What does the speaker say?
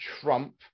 trump